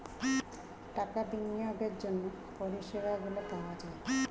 টাকা বিনিয়োগের জন্য পরিষেবাগুলো পাওয়া যায়